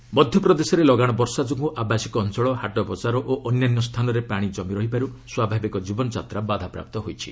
rain ମଧ୍ୟପ୍ରଦେଶରେ ଲଗାଣ ବର୍ଷା ଯୋଗୁଁ ଆବାସିକ ଅଞ୍ଚଳ ହାଟ ବଜାର ଓ ଅନ୍ୟାନ୍ୟ ସ୍ଥାନରେ ପାଣି ଜମି ରହିବାର୍ ସ୍ୱାଭାବିକ ଜୀବନଯାତ୍ରା ବାଧାପ୍ରାପ୍ତ ହୋଇଛି